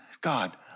God